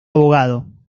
abogado